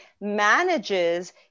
manages